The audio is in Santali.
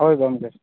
ᱦᱳᱭ ᱜᱚᱢᱠᱮ